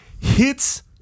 hits